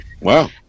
Wow